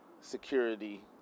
security